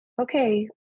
Okay